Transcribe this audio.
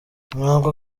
ntabwo